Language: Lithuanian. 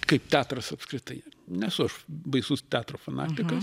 kaip teatras apskritai nesu aš baisus teatro fanatikas